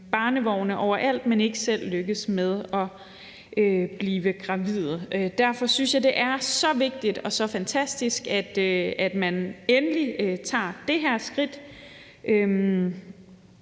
barnevogne overalt, men ikke selv lykkes med at blive gravide. Derfor synes jeg, det er så vigtigt og så fantastisk, at man endelig tager det her skridt,